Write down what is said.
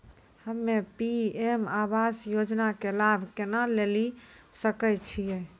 हम्मे पी.एम आवास योजना के लाभ केना लेली सकै छियै?